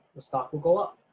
the stock will go up